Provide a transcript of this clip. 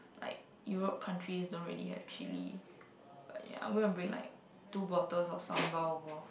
like Europe countries don't really have chilli I'm going to bring like two bottles of sambal over